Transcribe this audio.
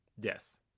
Yes